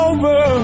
Over